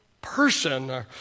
person